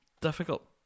Difficult